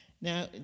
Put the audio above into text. Now